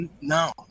No